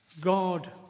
God